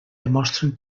demostren